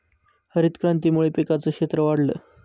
हरितक्रांतीमुळे पिकांचं क्षेत्र वाढलं